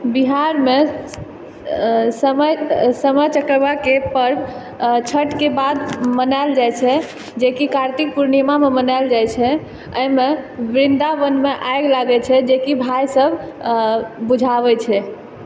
बिहारमे सामा चकेबाके पर्व छठके बाद मनाएल जाइ छै जेकि कार्तिक पूर्णिमामे मनाएल जाइ छै एहिमे वृन्दावनमे आगि लागै छै जेकि भाइसब बुझाबै छै